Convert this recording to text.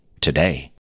Today